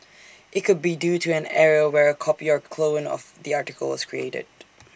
IT could be due to an error where A copy or clone of the article was created